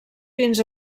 fins